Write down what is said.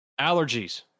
allergies